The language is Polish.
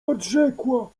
odrzekła